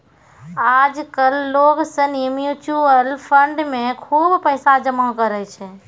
आज कल लोग सनी म्यूचुअल फंड मे खुब पैसा जमा करै छै